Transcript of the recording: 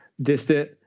distant